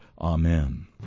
Amen